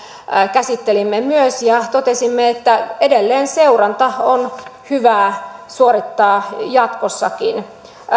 käsittelimme myös ja totesimme että edelleen seurantaa on hyvä suorittaa jatkossakin